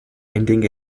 ending